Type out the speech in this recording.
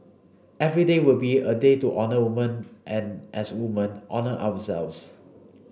every day would be a day to honour woman and as woman honour ourselves